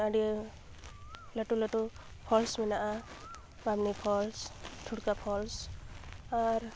ᱟᱹᱰᱤ ᱞᱟᱹᱴᱩ ᱞᱟᱹᱴᱩ ᱯᱷᱚᱞᱥ ᱢᱮᱱᱟᱜᱼᱟ ᱵᱟᱢᱱᱤ ᱯᱷᱚᱞᱥ ᱴᱷᱩᱲᱜᱟ ᱯᱷᱚᱞᱥ ᱟᱨ